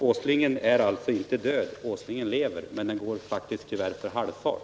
Åslingen är alltså inte död, utan Åslingen lever. Men Åslingen går tyvärr med halv fart.